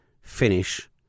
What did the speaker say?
finish